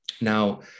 Now